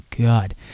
God